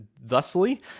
thusly